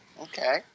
okay